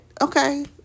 okay